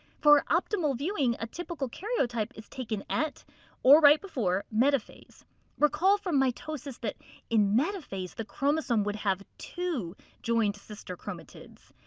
for optimal viewing, a typical karyotype is taken at or right before metaphase recall from mitosis that in metaphase, the chromosome would have two joined sister chromatids.